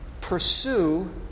Pursue